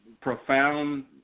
profound